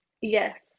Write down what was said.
Yes